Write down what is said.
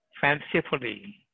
fancifully